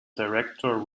director